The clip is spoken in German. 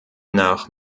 nach